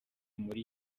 muri